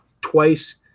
twice